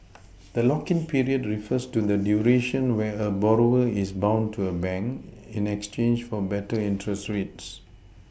the lock in period refers to the duration where a borrower is bound to a bank in exchange for better interest rates